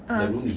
uh